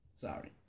Sorry